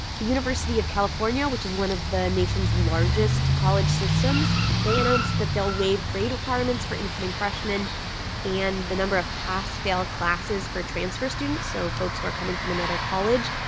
the university of california, which is one of the nation's largest college systems they announced that they'll waive grade requirements for incoming freshmen and the number of pass-fail classes for transfer students so folks who are coming from another college.